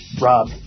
Rob